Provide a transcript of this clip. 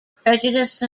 prejudice